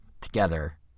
together